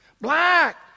Black